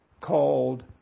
called